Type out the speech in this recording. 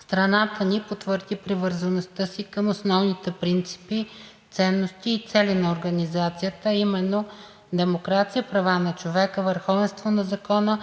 страната ни потвърди привързаността си към основните принципи, ценности и цели на Организацията, а именно демокрация, права на човека, върховенство на закона,